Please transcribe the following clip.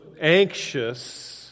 anxious